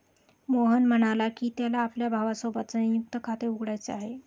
मोहन म्हणाला की, त्याला आपल्या भावासोबत संयुक्त खाते उघडायचे आहे